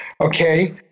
okay